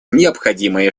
необходимые